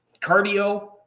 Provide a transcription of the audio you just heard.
cardio